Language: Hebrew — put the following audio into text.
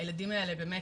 הילדים האלה באמת,